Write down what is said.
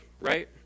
right